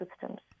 systems